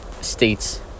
states